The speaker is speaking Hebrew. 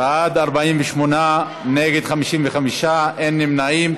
בעד, 48, נגד, 55, אין נמנעים.